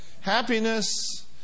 Happiness